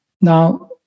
Now